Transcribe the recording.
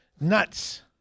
Nuts